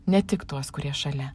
ne tik tuos kurie šalia